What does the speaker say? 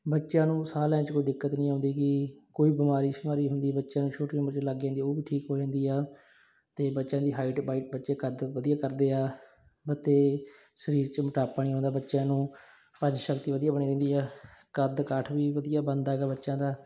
ਬੱਚਿਆਂ ਨੂੰ ਸਾਹ ਲੈਣ 'ਚ ਕੋਈ ਦਿੱਕਤ ਨਹੀਂ ਆਉਂਦੀ ਗੀ ਕੋਈ ਬਿਮਾਰੀ ਸ਼ਮਾਰੀ ਹੁੰਦੀ ਬੱਚਿਆਂ ਨੂੰ ਛੋਟੀ ਉਮਰ ਚ ਲੱਗ ਜਾਂਦੀ ਉਹ ਵੀ ਠੀਕ ਹੋ ਜਾਂਦੀ ਆ ਅਤੇ ਬੱਚਿਆਂ ਦੀ ਹਾਈਟ ਬਾਈਟ ਬੱਚੇ ਕੱਦ ਵਧੀਆ ਕਰਦੇ ਆ ਅਤੇ ਸਰੀਰ ਚ ਮੋਟਾਪਾ ਨਹੀਂ ਆਉਂਦਾ ਬੱਚਿਆਂ ਨੂੰ ਪਾਚਨ ਸ਼ਕਤੀ ਵਧੀਆ ਬਣੀ ਰਹਿੰਦੀ ਆ ਕੱਦ ਕਾਠ ਵੀ ਵਧੀਆ ਬਣਦਾ ਹੈਗਾ ਬੱਚਿਆਂ ਦਾ